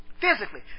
physically